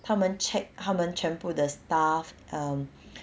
他们 check 他们全部的 staff um